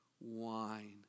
wine